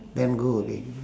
then go again